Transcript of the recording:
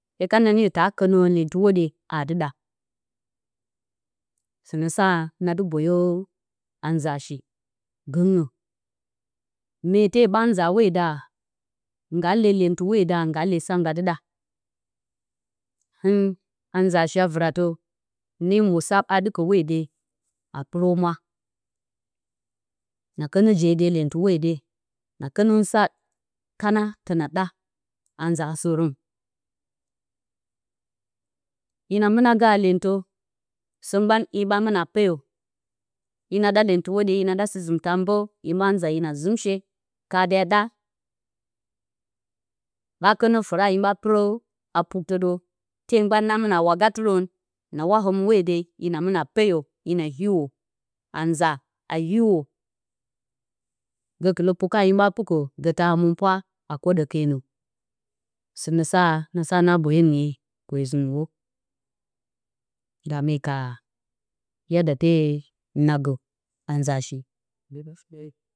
Hye kana niyo taa kǝnǝrǝn lyentɨ hwoɗye aa dɨ ɗa. Sɨnǝ sa na dɨ boyo a nza shi gǝngnǝ. Meete ɓa nza hwodarǝ, nggaa lee lyentɨ hwodarǝ. nggaa lee sa ngga dɨ ɗa. Hɨn a nza shi a vɨratǝ, hɨne mwo sa ɓa ɗɨkǝ hwode a pɨrǝ humwa. Na kǝnǝ je de lyentɨ hwode. Na kǝnǝrǝn sa kana tǝna ɗa a nza sǝrǝn. Hina mɨna gǝ haa lyentǝ. sǝ mgban, hin ɓa mɨna peyo. Hina ɗa lyentɨ hwoɗye. hina ɗa sɨ-zɨmtǝ a mbǝ, hin ɓa nza hina zɨmshe. Kaade a ɗa ɓa kǝnǝ fǝra hin ɓa pɨrǝ haa puktǝ dǝ. Te mgban na mɨna waga tɨrǝn. na wa hǝmɨ hwode hina mɨna peyo. hina hiwo, a nza a hiwo, gǝkɨlǝ puka hin ɓa pukǝ, gǝta hǝmɨnpwa a kwoɗǝ kenǝ. Sɨnǝ sa na sa na boyo miye kwe zɨ nuwo. dame ka yada te na gǝ a nza shi